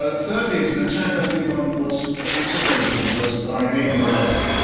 ah thirdly, it's an attack, i think, on what's also very important to us, our innate morality.